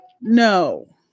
No